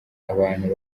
abantu